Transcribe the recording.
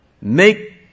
Make